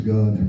God